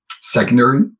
secondary